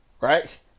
right